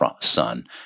son